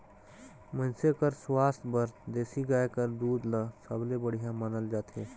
मइनसे कर सुवास्थ बर देसी गाय कर दूद ल सबले बड़िहा मानल जाथे